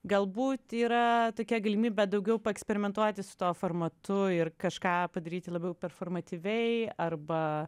galbūt yra tokia galimybė daugiau paeksperimentuoti su tuo formatu ir kažką padaryti labiau performatyviai arba